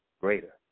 greater